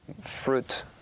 fruit